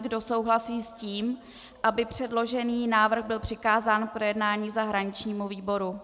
Kdo souhlasí s tím, aby předložený návrh byl přikázán k projednání zahraničnímu výboru.